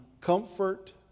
comfort